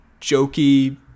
jokey